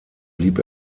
blieb